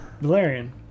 Valerian